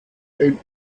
ein